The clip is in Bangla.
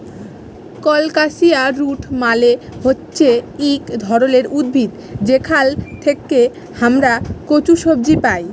কলকাসিয়া রুট মালে হচ্যে ইক ধরলের উদ্ভিদ যেখাল থেক্যে হামরা কচু সবজি পাই